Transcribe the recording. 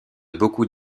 beaucoup